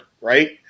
right